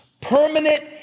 permanent